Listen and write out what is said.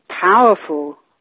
powerful